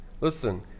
Listen